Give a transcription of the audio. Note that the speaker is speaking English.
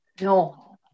no